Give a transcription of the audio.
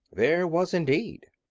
there was indeed.